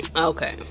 Okay